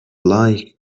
like